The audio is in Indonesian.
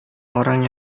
orang